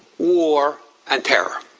war and terror.